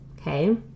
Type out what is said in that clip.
Okay